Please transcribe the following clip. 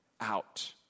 out